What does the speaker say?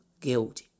guilt